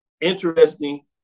interesting